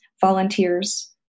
volunteers